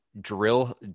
drill